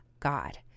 God